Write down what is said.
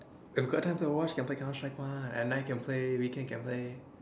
if got time to watch can play counter strike mah and then I can play can play